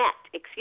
Excuse